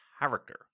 character